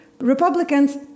Republicans